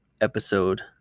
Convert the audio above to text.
episode